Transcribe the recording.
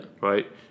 Right